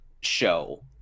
show